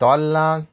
चोडना